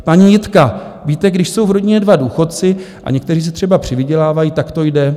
Paní Jitka: Víte, když jsou v rodině dva důchodci a někteří si třeba přivydělávají, tak to jde.